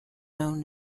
own